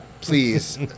please